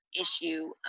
issue